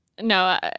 No